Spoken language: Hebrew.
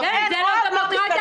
אבי -- זה לא דמוקרטיה,